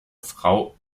frau